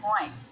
point